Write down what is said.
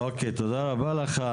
אוקיי, תודה רבה לך.